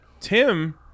Tim